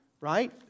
right